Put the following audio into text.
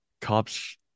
cop's